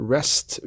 Rest